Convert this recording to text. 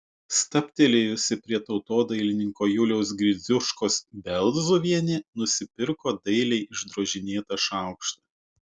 stabtelėjusi prie tautodailininko juliaus gridziuškos belzuvienė nusipirko dailiai išdrožinėtą šaukštą